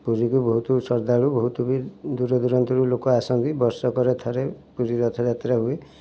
ପୁରୀକି ବହୁତ ଶ୍ରଦ୍ଧାଳୁ ବହୁତ ବି ଦୂର ଦୁରାନ୍ତରରୁ ଲୋକ ଆସନ୍ତି ବର୍ଷକର ଥରେ ପୁରୀ ରଥ ଯାତ୍ରା ହୁଏ